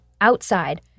outside